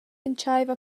entscheiva